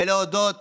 ולהודות